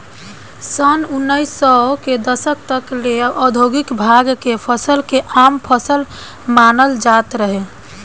सन उनऽइस सौ के दशक तक ले औधोगिक भांग के फसल के आम फसल मानल जात रहे